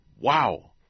wow